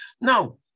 Now